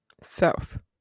South